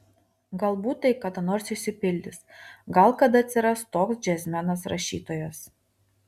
galbūt tai kada nors išsipildys gal kada atsiras toks džiazmenas rašytojas